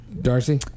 Darcy